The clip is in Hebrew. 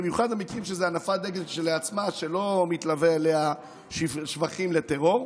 במיוחד המקרים שזו הנפת דגל כשלעצמה ולא מתלווים אליה שבחים לטרור,